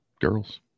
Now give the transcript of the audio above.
girls